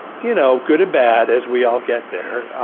you know good and bad as we all get there.